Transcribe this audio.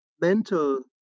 mental